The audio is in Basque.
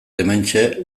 hementxe